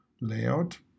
layout